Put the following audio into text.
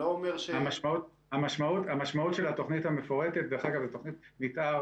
זו תוכנית מתאר